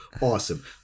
awesome